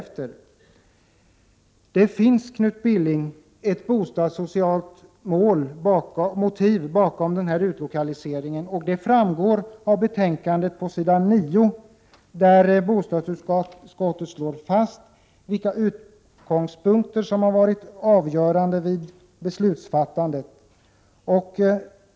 Men, Knut Billing, det finns ett bostadssocialt motiv bakom utlokaliseringen. Detta framgår av betänkandet på s. 9, där bostadsutskottet slår fast vilka utgångspunkter som har varit avgörande vid beslutsfattandet.